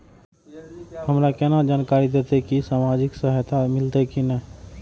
हमरा केना जानकारी देते की सामाजिक सहायता मिलते की ने?